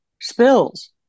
spills